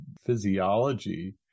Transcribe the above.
physiology